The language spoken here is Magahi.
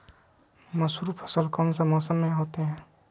मसूर फसल कौन सा मौसम में होते हैं?